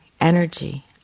energy